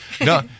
no